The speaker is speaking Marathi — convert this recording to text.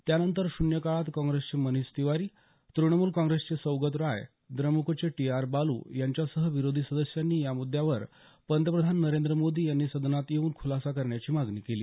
त्यानंतर शून्यकाळात काँग्रेसचे मनीष तिवारी तृणमूल काँग्रेसचे सौगत रॉय द्रमुकचे टी आर बालू यांच्यासह विरोधी सदस्यांनी या मुद्यावर पंतप्रधान नरेंद्र मोदी यांनी सदनात येऊन खुलासा करण्याची मागणी केली